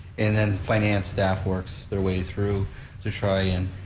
and then finance staff works their way through to try and